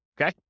Okay